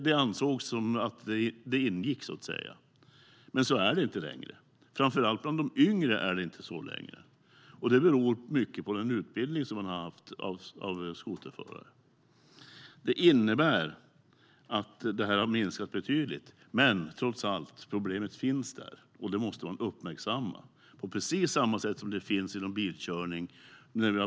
Det ansågs ingå, så att säga. Men så är det inte längre. Framför allt bland de yngre är det inte så längre. Det beror mycket på den utbildning som man har haft av skoterförare. Det innebär att detta problem har minskat betydligt. Men problemet finns trots allt där, och det måste man uppmärksamma, på precis samma sätt som det finns inom bilkörning.